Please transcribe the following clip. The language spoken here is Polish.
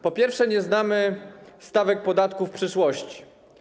Po pierwsze, nie znamy stawek podatku w przyszłości.